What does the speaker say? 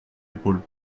épaules